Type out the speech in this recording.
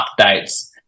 updates